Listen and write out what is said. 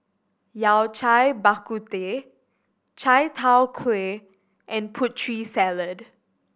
Yao Cai Bak Kut Teh chai tow kway and Putri Salad